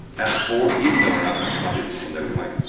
f four even though we're not going to copy them. someday we might.